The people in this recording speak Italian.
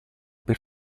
per